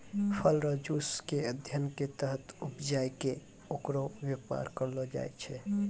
फल रो जुस के अध्ययन के तहत उपजाय कै ओकर वेपार करलो जाय छै